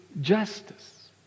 justice